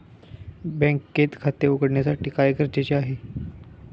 बँकेत खाते उघडण्यासाठी काय गरजेचे आहे?